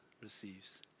receives